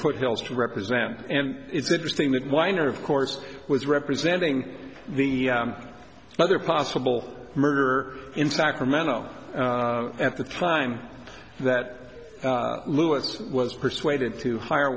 foothills to represent and it's interesting that weiner of course was representing the other possible murder in sacramento at the time that lewis was persuaded to hire